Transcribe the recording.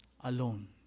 alone